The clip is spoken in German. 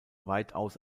weitaus